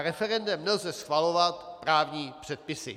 Referendem nelze schvalovat právní předpisy.